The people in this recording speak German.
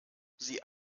sie